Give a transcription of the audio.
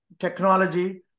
technology